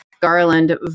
Garland